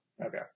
Okay